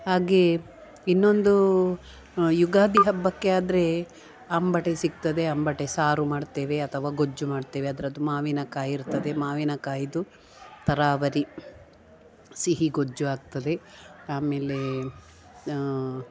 ಹಾಗೇ ಇನ್ನೊಂದು ಯುಗಾದಿ ಹಬ್ಬಕ್ಕೆ ಆದರೇ ಅಂಬಟೆ ಸಿಕ್ತದೆ ಅಂಬಟೆ ಸಾರು ಮಾಡ್ತೇವೆ ಅಥವ ಗೊಜ್ಜು ಮಾಡ್ತೇವೆ ಅದ್ರದ್ದು ಮಾವಿನಕಾಯಿ ಇರ್ತದೆ ಮಾವಿನಕಾಯಿದು ಥರಾವರಿ ಸಿಹಿ ಗೊಜ್ಜು ಆಗ್ತದೆ ಆಮೇಲೆ ಹಾಂ